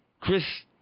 Chris